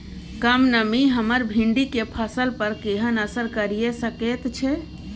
कम नमी हमर भिंडी के फसल पर केहन असर करिये सकेत छै?